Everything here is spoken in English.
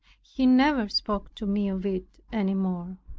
he never spoke to me of it any more.